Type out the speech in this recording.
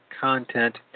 content